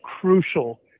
crucial